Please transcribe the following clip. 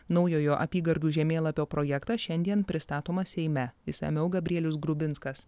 naujojo apygardų žemėlapio projektas šiandien pristatomas seime išsamiau gabrielius grubinskas